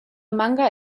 manga